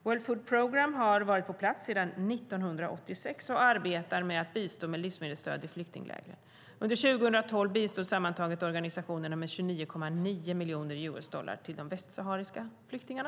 World Food Programme har varit på plats sedan 1986 och arbetar med att bistå med livsmedelsstöd i flyktinglägren. Under 2012 bistod sammantaget organisationen med 29,9 miljoner US-dollar till de västsahariska flyktingarna.